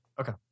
Okay